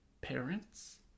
parents